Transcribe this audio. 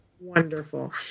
Wonderful